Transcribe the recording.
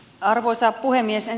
arvoisa puhemies